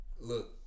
look